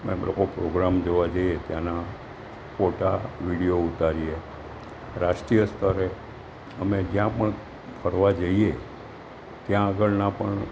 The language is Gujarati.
અમે લોકો પ્રોગ્રામ જોવા જઈએ ત્યાંના ફોટા વિડિયો ઉતારીએ રાષ્ટીય સ્તરે અમે જ્યાં પણ ફરવા જઈએ ત્યાં આગળના પણ